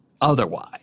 otherwise